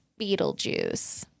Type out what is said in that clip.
Beetlejuice